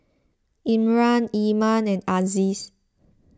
Imran Iman and Aziz